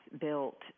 built